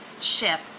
ship